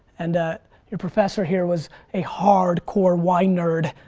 and your professor here was a hard core wine nerd,